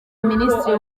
minisitiri